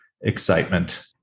excitement